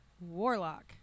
Warlock